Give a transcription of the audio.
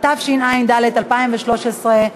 התשע"ד 2013,